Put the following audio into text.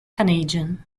canadian